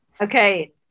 okay